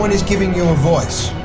is giving you a voice.